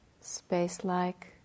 space-like